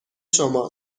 شما